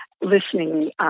listening